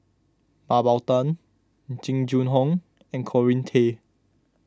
Mah Bow Tan Jing Jun Hong and Corrinne Kay